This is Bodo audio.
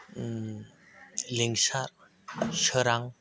लिंसार सोरां